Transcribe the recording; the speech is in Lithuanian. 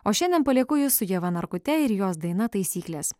o šiandien palieku jus su ieva narkute ir jos daina taisyklės